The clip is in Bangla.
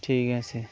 ঠিক আছে